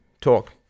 talk